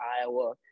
Iowa